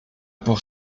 pour